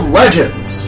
legends